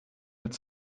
mit